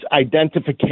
identification